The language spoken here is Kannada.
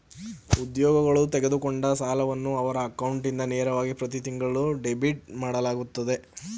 ಉದ್ಯೋಗಗಳು ತೆಗೆದುಕೊಂಡ ಸಾಲವನ್ನು ಅವರ ಅಕೌಂಟ್ ಇಂದ ನೇರವಾಗಿ ಪ್ರತಿತಿಂಗಳು ಡೆಬಿಟ್ ಮಾಡಕೊಳ್ಳುತ್ತರೆ